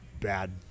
bad